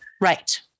right